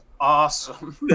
awesome